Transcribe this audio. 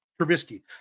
Trubisky